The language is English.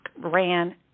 ran